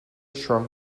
shrunk